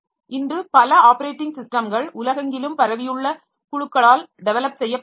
இன்று பல ஆப்பரேட்டிங் சிஸ்டம்கள் உலகெங்கிலும் பரவியுள்ள குழுக்களால் டெவலப் செய்யப்படுகின்றன